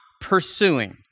pursuing